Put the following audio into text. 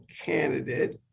candidate